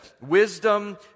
wisdom